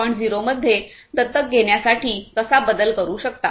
0 मध्ये दत्तक घेण्यासाठी कसा बदल करू शकता